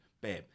babe